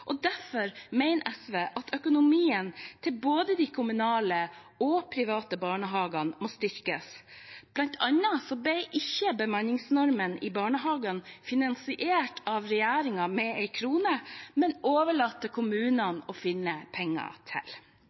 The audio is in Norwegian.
og derfor mener SV at økonomien til både de kommunale og de private barnehagene må styrkes. Blant annet ble ikke bemanningsnormen i barnehagen finansiert av regjeringen med én krone, men det ble overlatt til kommunene å finne penger til